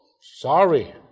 sorry